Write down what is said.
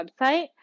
website